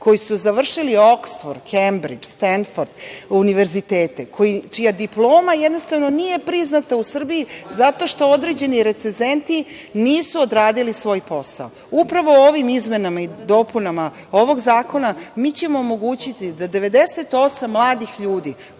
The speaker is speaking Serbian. koji su završili Oksford, Kambridž, Stenford univerzitete, čija diploma jednostavno nije priznata u Srbiji zato što određeni recenzenti nisu odradili svoj posao. Upravo ovim izmenama i dopunama ovog zakona mi ćemo omogućiti da 98 mladih ljudi,